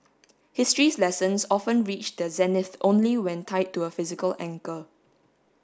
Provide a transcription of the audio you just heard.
history's lessons often reach their zenith only when tied to a physical anchor